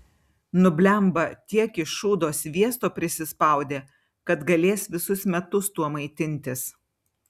nu blemba tiek iš šūdo sviesto prisispaudė kad galės visus metus tuo maitintis